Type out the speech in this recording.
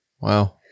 Wow